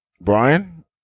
Brian